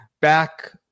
back